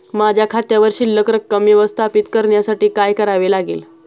माझ्या खात्यावर शिल्लक रक्कम व्यवस्थापित करण्यासाठी काय करावे लागेल?